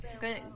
Good